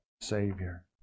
Savior